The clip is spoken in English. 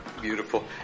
Beautiful